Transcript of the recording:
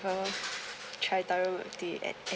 never try taro milk tea at